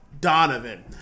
Donovan